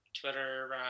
Twitter